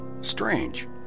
strange